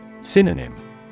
Synonym